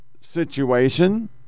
situation